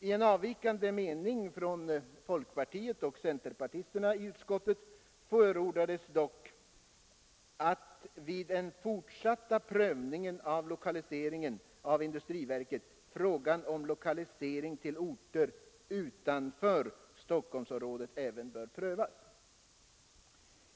Folkpartisterna och centerpartisterna i utskottet anmälde dock avvikande mening och förordade att vid den fortsatta prövningen av lokaliseringen av industriverket skulle även frågan om lokalisering till orter utanför Stockholmsområdet prövas.